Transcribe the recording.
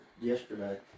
yesterday